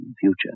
future